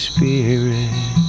Spirit